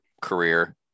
career